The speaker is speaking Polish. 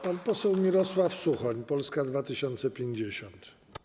Pan poseł Mirosław Suchoń, Polska 2050.